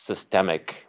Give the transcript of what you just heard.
systemic